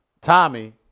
Tommy